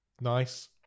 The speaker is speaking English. Nice